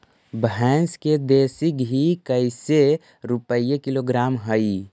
भैंस के देसी घी कैसे रूपये किलोग्राम हई?